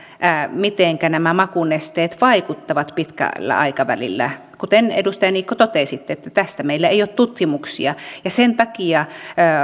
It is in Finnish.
mitenkä nämä makunesteet vaikuttavat pitkällä aikavälillä kuten edustaja niikko totesitte tästä meillä ei ole tutkimuksia ja sen takia